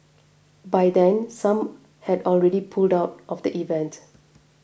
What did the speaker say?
by then some had already pulled out of the event